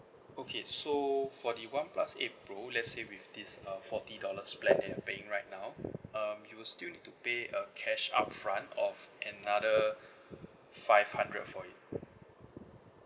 okay so for the one plus eight pro let's say with this uh forty dollars plan that you're paying right um you'll still need to pay uh cash upfront of another five hundred for it